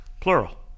plural